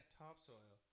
topsoil